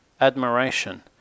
admiration